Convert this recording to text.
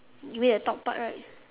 you mean the top part right